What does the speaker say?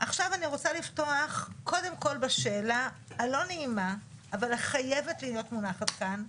אני רוצה לפתוח קודם כל בשאלה הלא נעימה אבל היא חייבת להיות מונחת כאן,